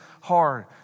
hard